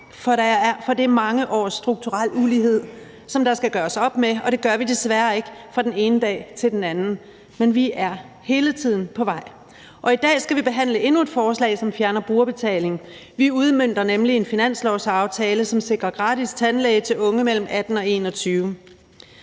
for det er mange års strukturel ulighed, der skal gøres op med, og det gør vi desværre ikke fra den ene dag til den anden, men vi er hele tiden på vej. I dag skal vi behandle endnu et forslag, som fjerner brugerbetaling. Vi udmønter nemlig en finanslovsaftale, som sikrer gratis tandlæge til unge mellem 18 og 21